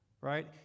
Right